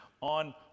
on